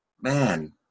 Man